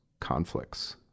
conflicts